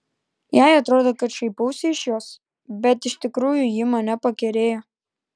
jai atrodo kad šaipausi iš jos bet iš tikrųjų ji mane pakerėjo